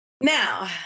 Now